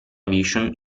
vision